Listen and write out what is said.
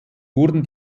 wurden